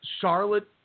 Charlotte